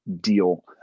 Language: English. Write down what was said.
deal